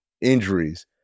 injuries